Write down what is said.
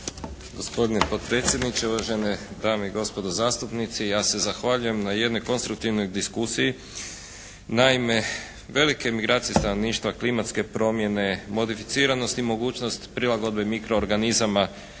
Gospodine potpredsjedniče, uvažene dame i gospodo zastupnici. Ja se zahvaljujem na jednoj konstruktivnoj diskusiji. Naime, velike migracije stanovništva, klimatske promjene, modificiranost i mogućnost prilagodbe mikroorganizama,